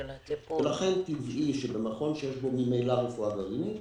לכן, טבעי שבמכון שיש בו ממילא רפואה גרעינית,